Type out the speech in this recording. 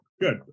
Good